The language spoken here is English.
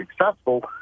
successful